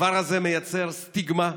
הדבר הזה מייצר סטיגמה,